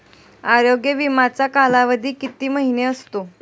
आरोग्य विमाचा कालावधी किती महिने असतो?